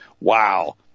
wow